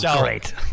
great